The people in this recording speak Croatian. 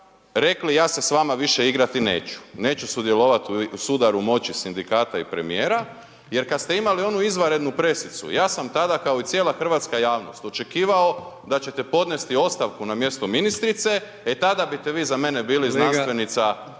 rekli „ja se s vama više igrati neću, neću sudjelovati u sudaru moći sindikata i premijera“ jer kad ste imali onu izvanrednu presicu, ja sam tada kao i cijela hrvatska javnost očekivao da ćete podnesti ostavku na mjestu ministrice, e tada biste vi za mene bili znanstvenica